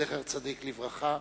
זכר צדיק לברכה.